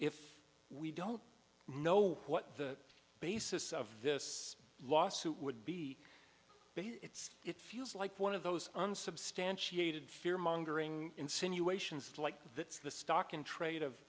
if we don't know what the basis of this lawsuit would be it's it feels like one of those unsubstantiated fear mongering insinuations like that's the stock in trade of